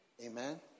Amen